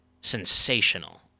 sensational